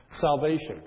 salvation